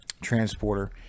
Transporter